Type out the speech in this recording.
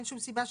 אין שום סיבה,